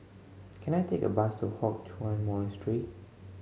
can I take a bus to Hock Chuan Monastery